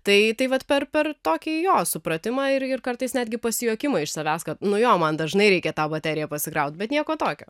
tai vat per per tokį jo supratimą ir ir kartais netgi pasijuokimą iš savęs kad nuo jo man dažnai reikia tą bateriją pasikrauti bet nieko tokio